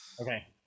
Okay